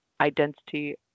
identity